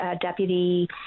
deputy